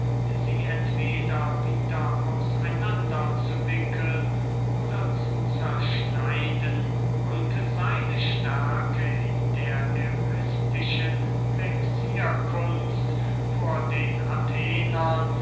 sie entweder wieder aus einander zu wickeln oder zu zerschneiden und seine stärke in der eristischen vexierkunst vor den athenern